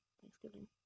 Thanksgiving